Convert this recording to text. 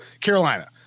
Carolina